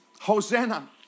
Hosanna